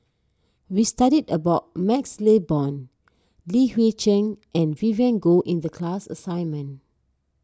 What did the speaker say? we studied about MaxLe Blond Li Hui Cheng and Vivien Goh in the class assignment